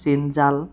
চিন জাল